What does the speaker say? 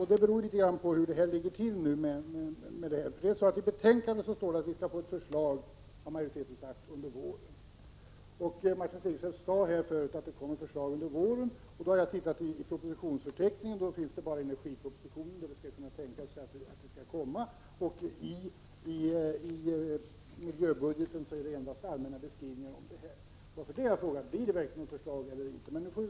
I betänkandet skriver majoriteten att vi skall få ett förslag under våren, och det sade också Martin Segerstedt här förut. Jag har tittat i propositionsförteckningen och funnit att det är bara i energipropositionen som det kan tänkas komma — i miljöbudgeten finns endast allmänna beskrivningar. Det är därför jag har frågat om det verkligen kommer något förslag.